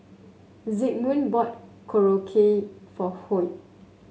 Zigmund bought Korokke for Hoyt